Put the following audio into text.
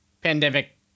pandemic